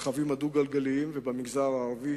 נהגי כלי הרכב הדו-גלגליים והמגזר הערבי.